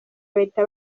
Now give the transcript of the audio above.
bahita